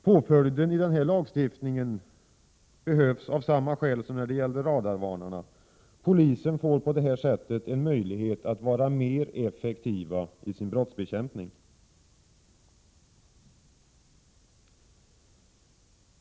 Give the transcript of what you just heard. Påföljden i denna lagstiftning behövs av samma skäl som när det gällde radarvarnarna — polisen får på detta sätt en möjlighet att vara mer effektiv i sin brottsbekämpning.